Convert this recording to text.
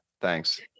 thanks